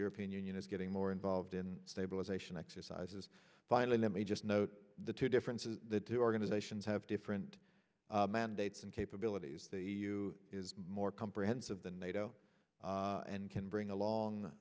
european union is getting more involved in stabilization exercises finally let me just note the two differences that the organizations have different mandates and capabilities they you is more comprehensive than nato and can bring